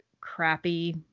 crappy